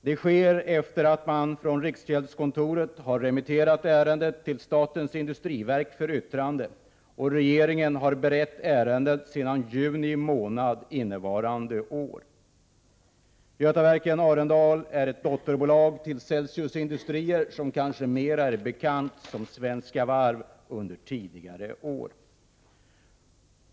Det sker efter det att man från riksgäldskontoret har remitterat ärendet till statens industriverk för yttrande och efter det att regeringen har berett ärendet sedan juni månad innevarande år. Götaverken Arendal är ett dotterbolag till Celsius Industrier AB, som kanske mera är bekant som Svenska Varv under tidigare år.